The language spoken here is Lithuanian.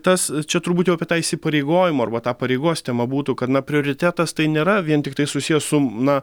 tas čia turbūt jau apie tą įsipareigojimą arba tą pareigos temą būtų kad na prioritetas tai nėra vien tiktai susiję su na